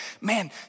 man